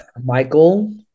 Michael